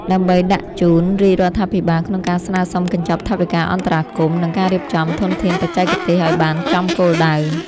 ដើម្បីដាក់ជូនរាជរដ្ឋាភិបាលក្នុងការស្នើសុំកញ្ចប់ថវិកាអន្តរាគមន៍ និងការរៀបចំធនធានបច្ចេកទេសឱ្យបានចំគោលដៅ។